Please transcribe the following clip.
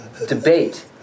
debate